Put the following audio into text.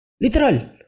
Literal